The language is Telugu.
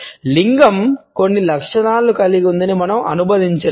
లింగం కొన్ని లక్షణాలను కలిగి ఉందని మనం అనుబంధించలేము